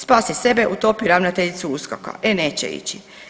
Spasi sebe, utopi ravnateljicu USKOK-a, e neće ići.